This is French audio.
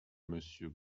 monsieur